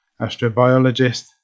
astrobiologist